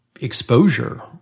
exposure